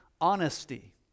Honesty